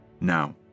Now